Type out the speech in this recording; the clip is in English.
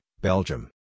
Belgium